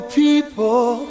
people